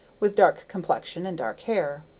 with dark complexion and dark hair.